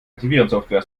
antivirensoftware